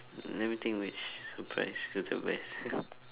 never think which surprise still the best